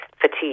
fatigue